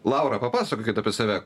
laura papasakokit apie save